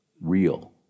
real